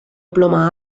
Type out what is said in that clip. ploma